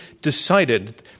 decided